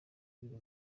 biri